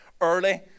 early